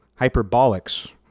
hyperbolics